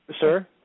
Sir